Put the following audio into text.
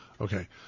Okay